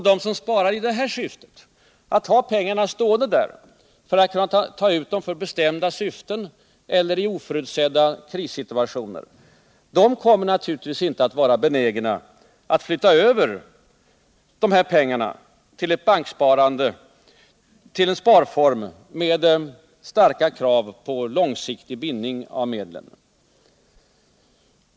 De som sparar i detta syfte och alltså har pengarna stående på bank för att kunna ta ut dem för bestämda ändamål eller i oförutsedda krissituationer kommer naturligtvis inte att vara benägna att flytta över pengarna till en sparform med starka krav på långsiktig bindning av medlen.